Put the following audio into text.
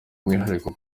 umwihariko